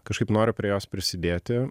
kažkaip noriu prie jos prisidėti